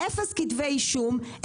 אפס כתבי אישום,